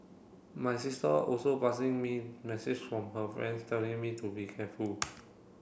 my sister also passing me message from her friends telling me to be careful